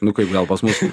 nu kaip gal pas mus